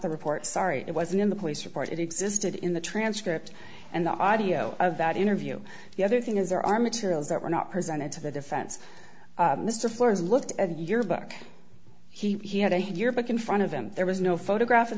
the report sorry it wasn't in the police report it existed in the transcript and the audio of that interview the other thing is there are materials that were not presented to the defense mr ford's looked at your book he had a year book in front of him there was no photograph of